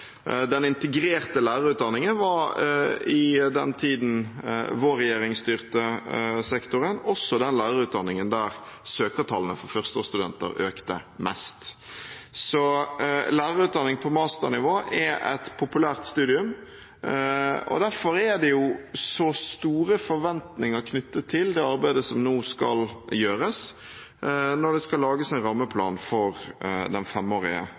Den integrerte lærerutdanningen var i den tiden vår regjering styrte sektoren, også den lærerutdanningen der søkertallene for førsteårsstudenter økte mest. Så lærerutdanning på masternivå er et populært studium, og derfor er det så store forventninger knyttet til det arbeidet som nå skal gjøres, når det skal lages en rammeplan for den femårige